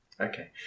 Okay